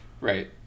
Right